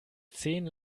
zehn